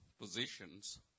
positions